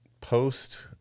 post